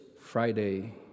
Friday